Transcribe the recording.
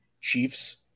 chiefs